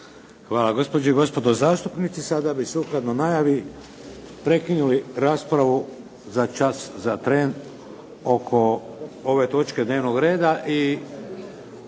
Hvala. Gospođe i gospodo zastupnici sada bi sukladno najavi prekinuli raspravu za čas, za tren oko ove točke dnevnog reda